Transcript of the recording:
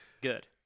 good